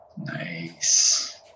Nice